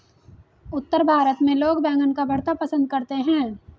उत्तर भारत में लोग बैंगन का भरता पंसद करते हैं